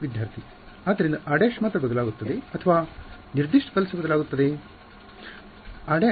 ವಿದ್ಯಾರ್ಥಿ ಆದ್ದರಿಂದ r′ ಮಾತ್ರ ಬದಲಾಗುತ್ತದೆ ಅಥವಾ ನಿರ್ದಿಷ್ಟ ಪಲ್ಸ್ ಬದಲಾಗುತ್ತದೆ